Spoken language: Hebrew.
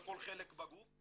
בכל חלק בגוף,